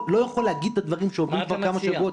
להגיד את הדברים שאומרים כבר כמה שבועות.